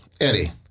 Eddie